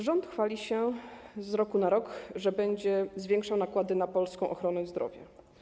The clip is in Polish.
Rząd chwali się, że z roku na rok będzie zwiększał nakłady na polską ochronę zdrowia.